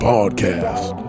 Podcast